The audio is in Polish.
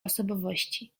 osobowości